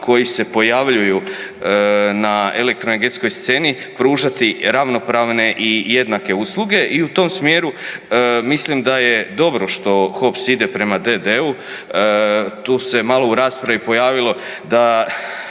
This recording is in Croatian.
koji se pojavljuju na elektroenergetskoj sceni pružati ravnopravne i jednake usluge i u tom smjeru mislim da je dobro što HOPS ide prema d.d.-u. Tu se malo u raspravi pojavilo da